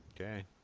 Okay